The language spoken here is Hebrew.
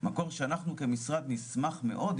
מקור שאנחנו כמשרד נשמח מאד,